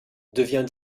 devient